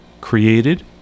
created